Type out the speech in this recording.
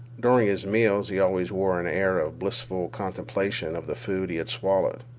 during his meals he always wore an air of blissful contemplation of the food he had swallowed.